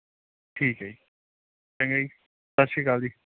ਠੀਕ ਹੈ ਜੀ ਚੰਗਾ ਜੀ ਸਤਿ ਸ਼੍ਰੀ ਅਕਾਲ ਜੀ